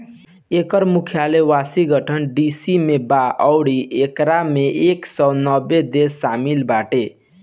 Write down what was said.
एकर मुख्यालय Washington D C में बा अउरी एकरा में एक सौ नब्बे देश शामिल बाटे